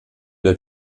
der